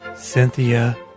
Cynthia